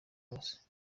hose